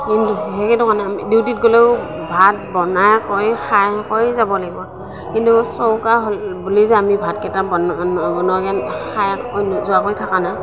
কিন্তু সেইটো কাৰণে আমি ডিউটিত গ'লেও ভাত বনাই কৰি খাই কৰি যাব লাগিব কিন্তু চৌকা হ'লে বুলি যে আমি ভাতকেইটা বনোৱা নবনোৱাকে খাই নোযোৱাকৈ থকা নাই